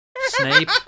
Snape